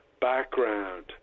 background